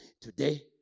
Today